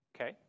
okay